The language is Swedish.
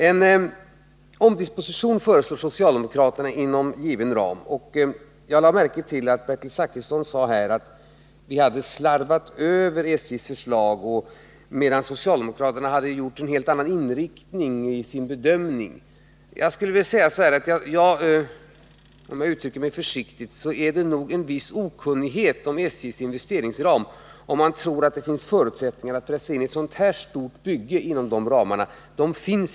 En omdisposition föreslås av socialdemokraterna inom en given ram. Jag lade märke till att Bertil Zachrisson sade att vi hade slarvat över SJ:s förslag, medan socialdemokraterna hade haft en helt annan inriktning vid sin bedömning. För att uttrycka mig försiktigt skulle jag vilja säga att det nog vittnar om en viss okunnighet om SJ:s investeringsram, om man tror att det finns förutsättningar att pressa in ett sådant här stort bygge inom den ramen.